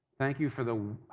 thank you for the